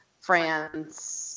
France